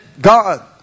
God